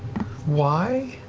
why?